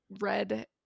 red